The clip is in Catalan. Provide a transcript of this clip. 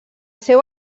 seu